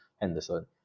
Henderson